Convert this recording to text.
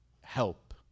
help